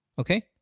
Okay